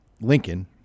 Lincoln